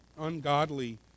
ungodly